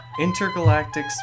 Intergalactic